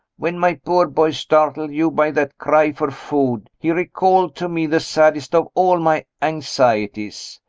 when my poor boy startled you by that cry for food, he recalled to me the saddest of all my anxieties.